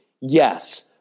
Yes